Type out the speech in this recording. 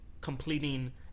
completing